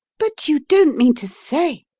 but you don't mean to say,